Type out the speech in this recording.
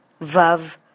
Vav